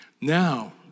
Now